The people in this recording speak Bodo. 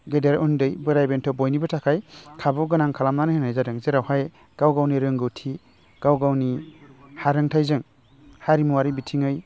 गेदेर उन्दै बोराइ बेन्थ बयनिबो थाखाय खाबु गोनां खालामनानै होनाय जादों जेरावहाय गाव गावनि रोंगौथि गाव गावनि हारोन्थाइजों हारिमुआरि बिथिङै